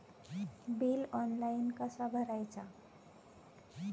Bill online कसा भरायचा?